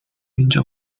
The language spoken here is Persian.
اینجا